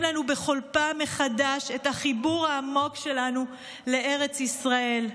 לנו בכל פעם מחדש את החיבור העמוק שלנו לארץ ישראל.